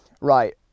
Right